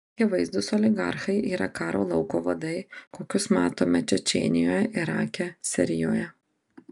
akivaizdūs oligarchai yra karo lauko vadai kokius matome čečėnijoje irake sirijoje